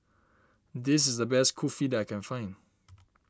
this is the best Kulfi that I can find